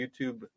YouTube